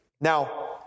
Now